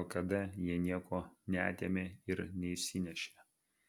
lkd jie nieko neatėmė ir neišsinešė